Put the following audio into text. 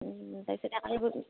তাৰপিছতে কালি